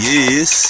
Yes